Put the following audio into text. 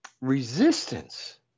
resistance